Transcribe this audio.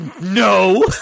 No